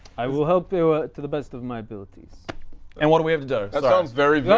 i will help you ah to the best of my abilities and what do we have to do?